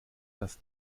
dass